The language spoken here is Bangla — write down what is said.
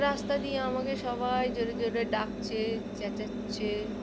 রাস্তা দিয়ে আমাকে সবাই জোরে জোরে ডাকছে চেঁচাচ্ছে